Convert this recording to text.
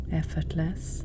effortless